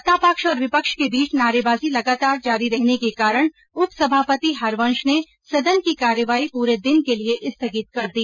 सत्ता पक्ष और विपक्ष के बीच नारेबाजी लगातार जारी रहने के कारण उपसभापति हरवंश ने सदन की कार्यवाही पूरे दिन के लिए स्थगित कर दी